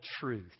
Truth